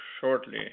shortly